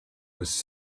was